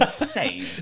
insane